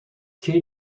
que